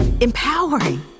empowering